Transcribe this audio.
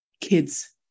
kids